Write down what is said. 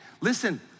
Listen